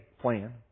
plan